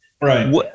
Right